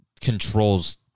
controls